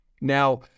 Now